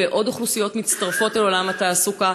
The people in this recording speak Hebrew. ועוד אוכלוסיות מצטרפות לעולם התעסוקה.